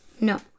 no